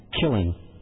killing